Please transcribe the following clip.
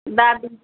दा